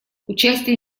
участие